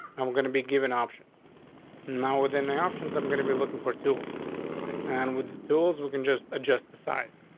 i'm going to be given off now, within the options, i'm going to be looking for tools and with the tools, we can just adjust the size.